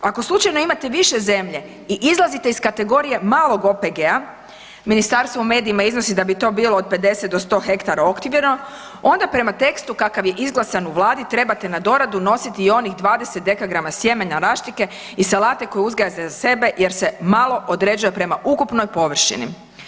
Ako slučajno imate više zemlje i izlazite iz kategorije malog OPG-a ministarstvo u medijima iznosi da bi to bilo od 50 do 100 hektara okvirno, onda prema tekstu kakav je izglasan u Vladi trebate na doradu nositi i onih 20 dkg sjemena raštike i salate koju uzgajate za sebe jer se malo određuje prema ukupnoj površini.